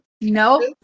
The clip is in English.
No